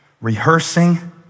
rehearsing